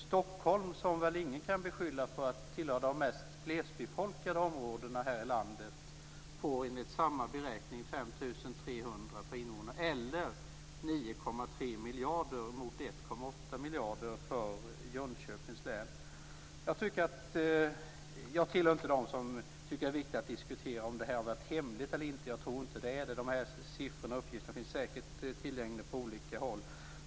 Stockholm - som ingen kan beskylla för att vara en av de mest glesbefolkade områdena i landet - får enligt samma beräkning 5 300 kr per invånare - eller 9,3 miljarder mot 1,8 miljarder för Jönköpings län. Jag är inte en av dem som tycker att det är viktigt att diskutera om detta har varit hemligt eller inte. Jag tror inte att det är så. Dessa siffror finns säkert tillgängliga på olika håll.